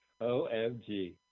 OMG